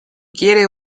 quiere